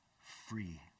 free